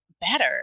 better